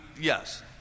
yes